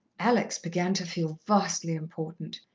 alex began to feel vastly important.